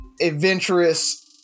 adventurous